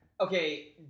okay